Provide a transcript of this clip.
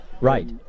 Right